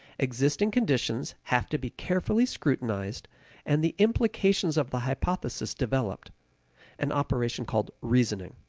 existing conditions have to be carefully scrutinized and the implications of the hypothesis developed an operation called reasoning.